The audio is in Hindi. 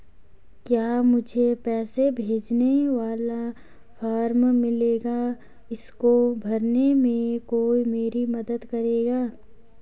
क्या मुझे पैसे भेजने वाला फॉर्म मिलेगा इसको भरने में कोई मेरी मदद करेगा?